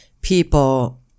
people